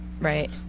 Right